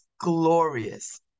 glorious